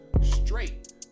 straight